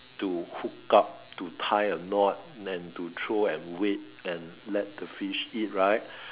to hook up to tie a knot and to throw and wait and let the fish eat right